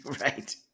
Right